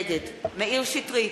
נגד מאיר שטרית,